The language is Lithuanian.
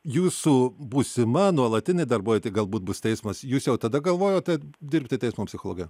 jūsų būsima nuolatinė darbovietė galbūt bus teismas jūs jau tada galvojote dirbti teismo psichologe